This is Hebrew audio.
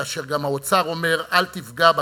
כאשר גם האוצר אומר: אל תפגע בתקציב,